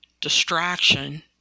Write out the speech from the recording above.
distraction